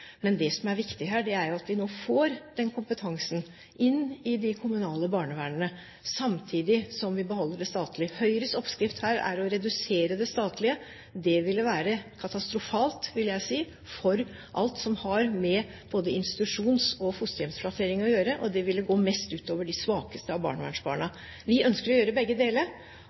Men det som er viktig her, er at vi nå får den kompetansen inn i de kommunale barnevernene, samtidig som vi beholder det statlige. Høyres oppskrift er å redusere det statlige. Det ville være katastrofalt, vil jeg si, for alt som har med både institusjons- og fosterhjemsplassering å gjøre, og det ville gå mest ut over de svakeste av barnevernsbarna. Vi ønsker å gjøre begge deler.